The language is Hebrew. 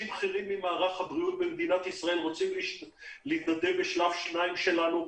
בכירים ממערך הבריאות במדינת ישראל רוצים להתנדב לשלב 2 שלנו,